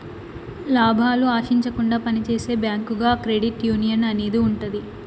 లాభాలు ఆశించకుండా పని చేసే బ్యాంకుగా క్రెడిట్ యునియన్ అనేది ఉంటది